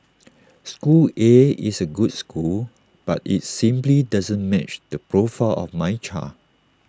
school A is A good school but IT simply doesn't match the profile of my child